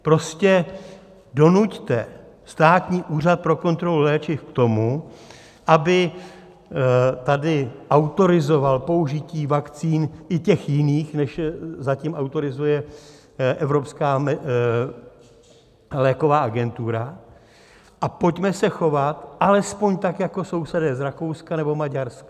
Prostě donuťte Státní úřad pro kontrolu léčiv k tomu, aby tady autorizoval použití vakcín i jiných, než zatím autorizuje Evropská léková agentura, a pojďme se chovat alespoň tak jako sousedé z Rakouska nebo Maďarska.